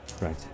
right